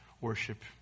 worship